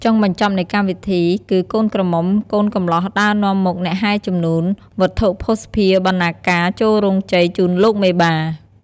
ចុងបញ្ចប់នៃកម្មវិធីគឺកូនក្រមុំកូនកំលោះដើរនាំមុខអ្នកហែជំនូន វត្ថុភស្តភាបណ្ណាការចូលរោងជ័យជូនលោកមេបា។